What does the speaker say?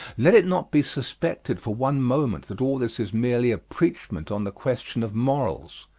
let it not be suspected for one moment that all this is merely a preachment on the question of morals.